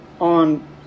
on